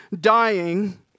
dying